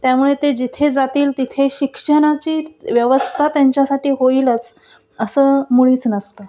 त्यामुळे ते जिथे जातील तिथे शिक्षणाची व्यवस्था त्यांच्यासाठी होईलच असं मुळीच नसतं